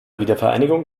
wiedervereinigung